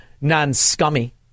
non-scummy